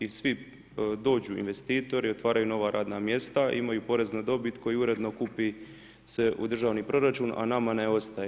I svi dođu investitori, otvaraju nova radna mjesta, imaju porez na dobit koji uredno kupi se u državni proračun a nama ne ostaje.